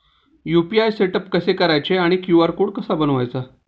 UPI setup कसे करायचे आणि क्यू.आर कोड कसा बनवायचा?